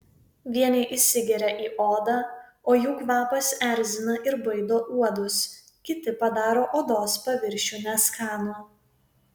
vieni įsigeria į odą o jų kvapas erzina ir baido uodus kiti padaro odos paviršių neskanų